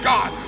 God